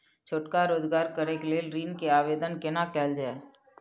छोटका रोजगार करैक लेल ऋण के आवेदन केना करल जाय?